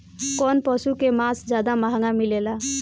कौन पशु के मांस ज्यादा महंगा मिलेला?